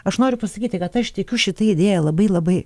aš noriu pasakyti kad aš tikiu šita idėja labai labai